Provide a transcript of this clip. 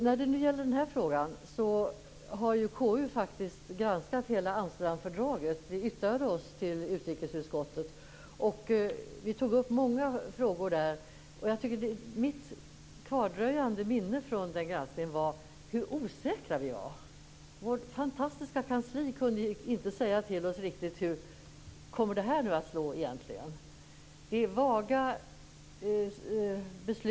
När det gäller den här frågan har KU faktiskt granskat hela Amsterdamfördraget. Vi yttrade oss till utrikesutskottet och tog upp många frågor. Mitt kvardröjande minne från den granskningen är hur osäkra vi var. Vårt fantastiska kansli kunde inte riktigt tala om för oss hur det egentligen skulle komma att slå.